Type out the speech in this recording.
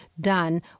done